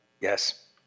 Yes